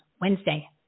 Wednesday